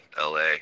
la